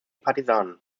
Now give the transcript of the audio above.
partisanen